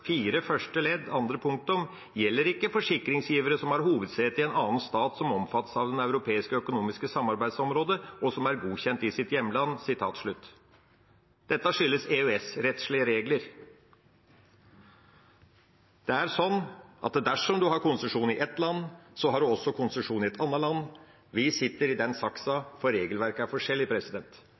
andre punktum «gjelder ikke for forsikringsgivere som har hovedsete i en annen stat som omfattes av Det europeiske økonomiske samarbeidsområde, og som er godkjent i sitt hjemland». Dette skyldes EØS-rettslige regler. Dersom en har konsesjon i ett land, har en også konsesjon i et annet land. Vi sitter i den saksa, for regelverket er forskjellig.